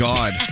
God